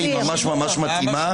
היא ממש ממש מתאימה.